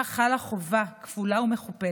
נקווה שכולנו נצביע